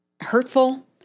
hurtful